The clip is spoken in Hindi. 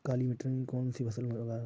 काली मिट्टी में कौन सी फसल लगाएँ?